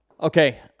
Okay